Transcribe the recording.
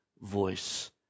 voice